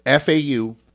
FAU